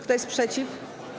Kto jest przeciw?